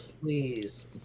please